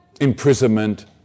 imprisonment